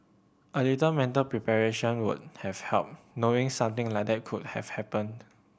a little mental preparation would have helped knowing something like that could have happened